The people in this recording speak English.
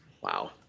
wow